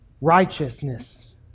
Righteousness